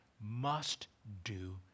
must-do